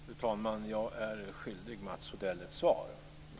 Fru talman! Jag är skyldig Mats Odell ett svar.